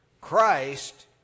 Christ